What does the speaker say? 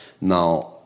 now